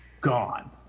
gone